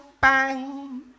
bang